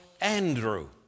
Andrew